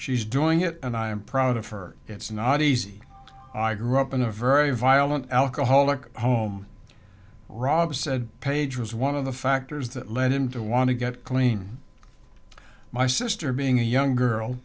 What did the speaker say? she's doing it and i'm proud of her it's not easy i grew up in a very violent alcoholic home rob said page was one of the factors that led him to want to get clean my sister being a young girl